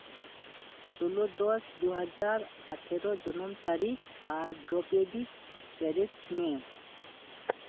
ᱥᱳᱞᱳ ᱫᱚᱥ ᱫᱩ ᱦᱟᱡᱟᱨ ᱟᱴᱷᱮᱨᱚ ᱡᱚᱱᱚᱱ ᱛᱟᱹᱨᱤᱠᱷ ᱟᱨ ᱰᱨᱳᱯᱮᱰᱤᱠ ᱯᱮᱨᱮᱡ ᱢᱮ